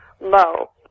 low